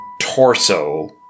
torso